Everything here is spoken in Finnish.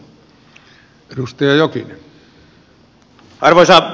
arvoisa herra puhemies